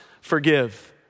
forgive